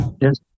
Yes